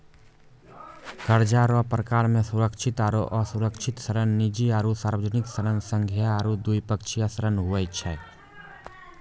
कर्जा रो परकार मे सुरक्षित आरो असुरक्षित ऋण, निजी आरो सार्बजनिक ऋण, संघीय आरू द्विपक्षीय ऋण हुवै छै